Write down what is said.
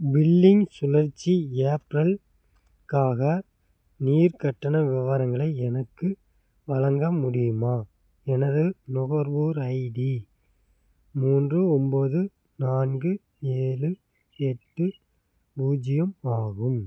billing சுழற்சி April க்காக நீர் கட்டண விவரங்களை எனக்கு வழங்க முடியுமா எனது நுகர்வோர் ஐடி மூன்று ஒம்போது நான்கு ஏழு எட்டு பூஜ்ஜியம் ஆகும்